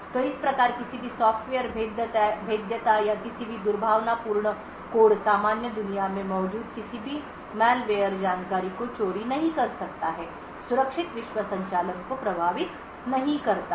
तो इस प्रकार किसी भी सॉफ्टवेयर भेद्यता या किसी भी दुर्भावनापूर्ण कोड सामान्य दुनिया में मौजूद किसी भी मैलवेयर जानकारी को चोरी नहीं कर सकता है सुरक्षित विश्व संचालन को प्रभावित नहीं करता है